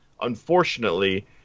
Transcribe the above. Unfortunately